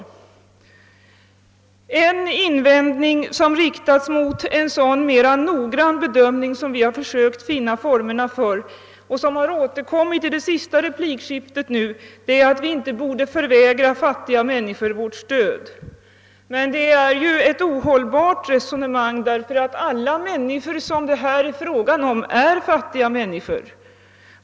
En invändning, som riktats mot en sådan mera nogrann bedömning som vi har försökt finna formerna för och som återkom i det senaste replikskiftet, är att vi inte borde förvägra fattiga människor vårt stöd. Men det är ett ohållbart resonemang — alla människor som det här är fråga om är fattiga människor.